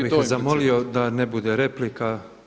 Ja bih zamolio da ne bude replika.